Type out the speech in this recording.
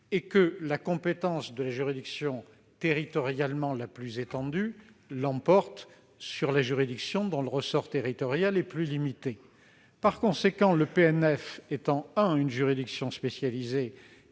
et que la compétence de la juridiction territorialement la plus étendue l'emporte sur celle de la juridiction dont le ressort territorial est plus limité. Or le PNF est une juridiction spécialisée